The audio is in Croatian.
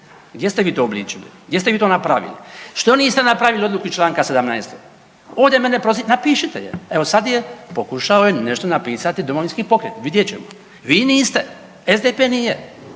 gdje ste vi to uobličili, gdje ste vi to napravili? Što niste napravili odluku iz čl. 17.? Ovdje mene prozivate, napišite je, evo sad je, pokušao je nešto napisati Domovinski pokret, vidjet ćemo, vi niste, SDP nije.